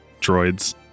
droids